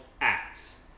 acts